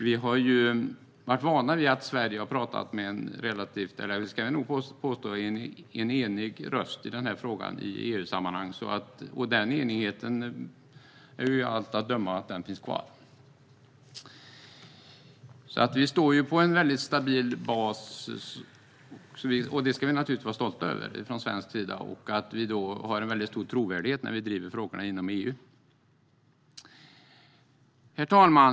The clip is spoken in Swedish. Vi har varit vana vid att Sverige har talat med en enig röst i den här frågan i EU-sammanhang. Den enigheten finns av allt att döma kvar. Vi står på en väldigt stabil bas. Det ska vi naturligtvis vara stolta över från svensk sida. Vi har en väldigt stor trovärdighet när vi driver frågorna inom EU. Herr talman!